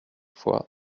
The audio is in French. fois